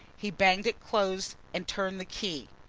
he banged it close and turned the key.